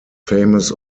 famous